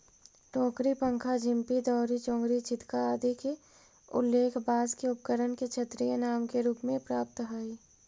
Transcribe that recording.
टोकरी, पंखा, झांपी, दौरी, चोंगरी, छितका आदि के उल्लेख बाँँस के उपकरण के क्षेत्रीय नाम के रूप में प्राप्त होवऽ हइ